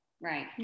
Right